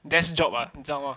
desk job ah 你知道吗